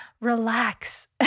relax